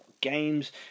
games